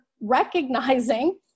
recognizing